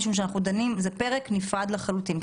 זה פרק נפרד לחלוטין.